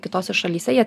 kitose šalyse jie